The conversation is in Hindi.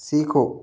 सीखो